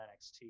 NXT